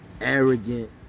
Arrogant